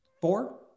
four